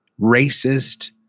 racist